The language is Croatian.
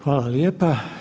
Hvala lijepa.